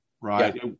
right